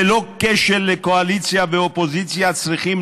ללא קשר לקואליציה ואופוזיציה צריכים